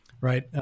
Right